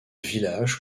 village